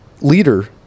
leader